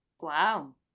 Wow